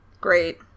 Great